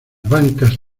bancas